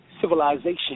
civilization